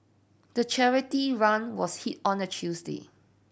the charity run was on a Tuesday